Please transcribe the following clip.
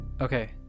Okay